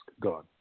god